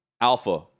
Alpha